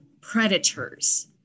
predators